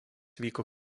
vyko